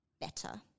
better